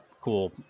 cool